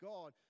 God